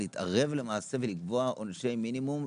להתערב למעשה ולקבוע עונשי מינימום,